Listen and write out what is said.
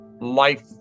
life